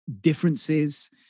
differences